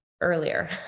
earlier